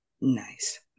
Nice